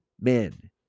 men